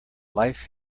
life